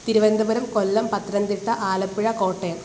Thiruvananthapuram Kollam Pathanamthitta Alappuzha Kottayam